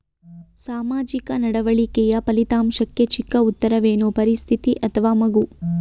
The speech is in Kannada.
ಸಾಮಾಜಿಕ ನಡವಳಿಕೆಯ ಫಲಿತಾಂಶಕ್ಕೆ ಚಿಕ್ಕ ಉತ್ತರವೇನು? ಪರಿಸ್ಥಿತಿ ಅಥವಾ ಮಗು?